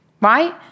right